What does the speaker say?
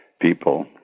people